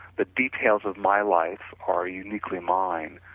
but details of my life are uniquely mine,